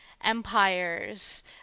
empires